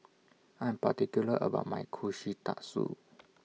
I Am particular about My Kushikatsu